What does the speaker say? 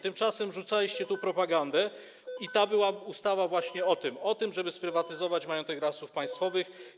Tymczasem rzucaliście tu propagandę i ta ustawa była właśnie o tym, żeby sprywatyzować majątek Lasów Państwowych.